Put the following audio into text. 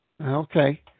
Okay